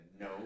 No